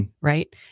Right